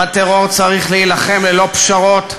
בטרור צריך להילחם ללא פשרות,